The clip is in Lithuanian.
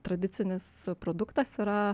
tradicinis produktas yra